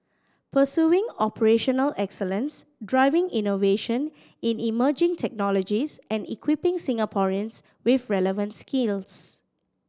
pursuing operational excellence driving innovation in emerging technologies and equipping Singaporeans with relevant skills